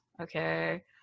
okay